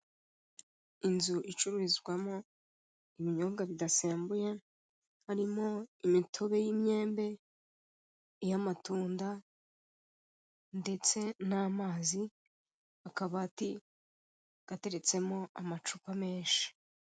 Inzu icururizwamo ibinyobwa bidasembuye harimo; imitobe y'imyembe, iy'amatunda ndetse n'amazi akabati gateretsemo amacupa menshi.